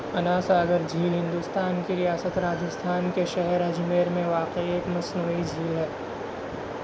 انا ساگر جھیل ہندوستان کی ریاست راجستھان کے شہر اجمیر میں واقع ایک مصنوعی جھیل ہے